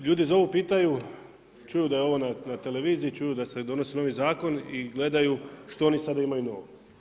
Ljudi za ovo pitaju, čuju da je ovo na televiziji, čuju da se donosi novi zakon i gledaju što oni sada imaju novo.